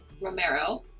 Romero